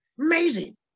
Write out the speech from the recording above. Amazing